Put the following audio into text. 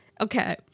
okay